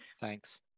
Thanks